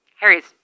Harry's